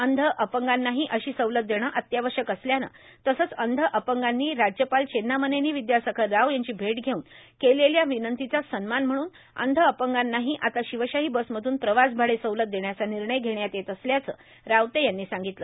अंध अपंगांनाही अशी सवलत देणे अत्यावश्यक असल्यानं तसंच अंध अपंगांनी राज्यपाल चेन्नामनेनी विद्यासागर राव यांची भेट घेऊन केलेल्या विनंतीचा सन्मान म्हणून अंध अपंगांनाही आता शिवशाही बसमधून प्रवास भाडे सवलत देण्याचा निर्णय घेण्यात येत असल्याचं रावते यांनी सांगितलं